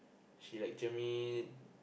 she lecture me